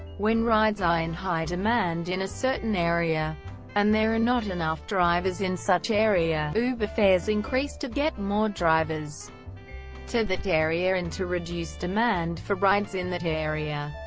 when rides are in high demand in a certain area and there are not enough drivers in such area, uber fares increase to get more drivers to that area and to reduce demand for rides in that area.